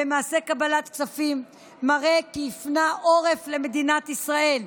במעשה קבלת הכספים מראה כי הפנה עורף למדינת ישראל,